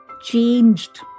changed